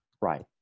Right